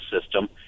system